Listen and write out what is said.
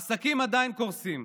עסקים עדיין קורסים,